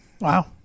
Wow